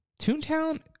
Toontown